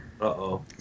Uh-oh